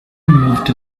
moved